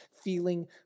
feeling